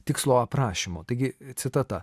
tikslo aprašymo taigi citata